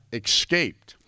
escaped